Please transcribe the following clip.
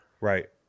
Right